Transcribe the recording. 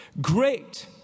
Great